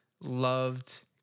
loved